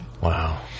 Wow